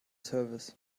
service